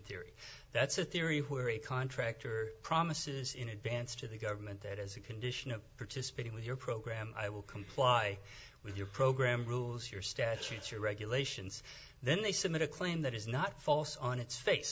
theory that's a theory where a contractor promises in advance to the government that as a condition of participating with your program i will comply with your program rules your statutes your regulations then they submit a claim that is not false on its face